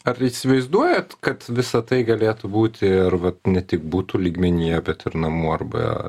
ar įsivaizduojat kad visa tai galėtų būti arba ne tik būtų lygmenyje bet ir namų arba